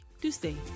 Tuesday